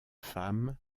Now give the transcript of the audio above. femme